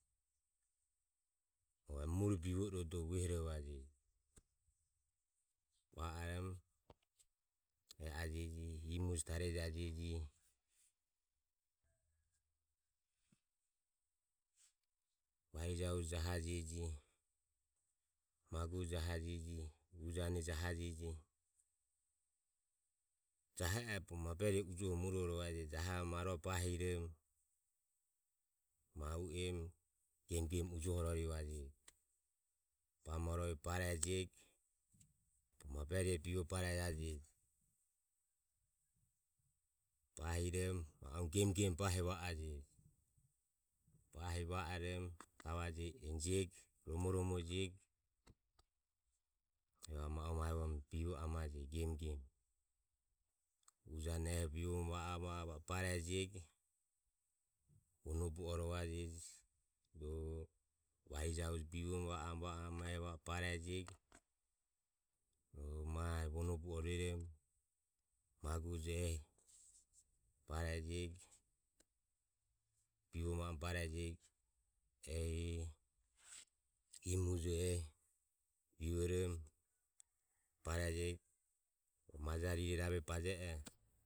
Mure bivo irodoho uehorovajeje va oromo e ajeje imo uje tariejajeje varija uje jahajeje magu uje jahajeje ujane jahajeje. Jahe oho bogo ma bureroho mure barovajeje jahorom arue bahiromo ma u em gem gem ujuoho ororivajeje bamo ororivego barejajeje bogo burerioho bivo barejajeje. Bahiromo ma u em gem gem bahiva ajeje bahi va orom gavajeje enijiego romoromo jiego. Evare ma u e bivo amajeje gem gem ujane bivo va o va o va o barejego vuonobu o ruerom varija uje bivo va o va o ehi va o barejego rohu maho vonobu o rueromo magu ujo ehi barejiego bivo amo barejiego ehi imo ujo ehi bivorom barejego maja rire rabe baje oho